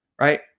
Right